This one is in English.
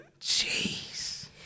Jeez